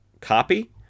copy